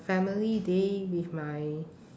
family day with my